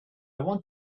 want